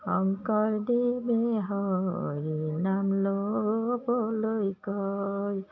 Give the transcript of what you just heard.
শংকৰদেৱে হৰি নাম ল'বলৈ কয়